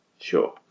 Sure